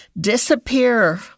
disappear